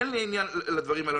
אין לי עניין בדברים האלה.